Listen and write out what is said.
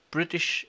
British